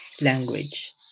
language